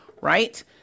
right